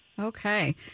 Okay